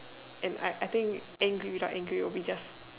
and I I think angry without angry will be just